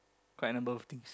quite a number of things